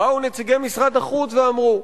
באו נציגי משרד החוץ ואמרו,